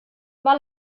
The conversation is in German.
war